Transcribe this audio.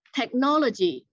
technology